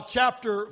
Chapter